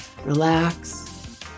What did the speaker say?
relax